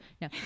No